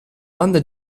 banda